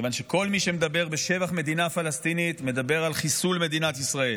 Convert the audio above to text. כיוון שכל מי שמדבר בשבח מדינה פלסטינית מדבר על חיסול מדינת ישראל,